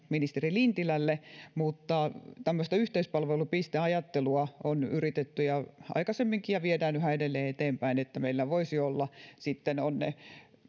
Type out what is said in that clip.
ministeri lintilälle mutta tämmöistä yhteispalvelupiste ajattelua on yritetty jo aikaisemminkin ja viedään yhä edelleen eteenpäin että meillä voisi olla sitten